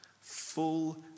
full